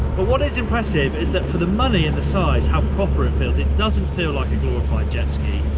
but what is impressive is that for the money and the size, how proper it feels, it doesn't feel like a glorified jet ski,